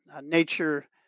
nature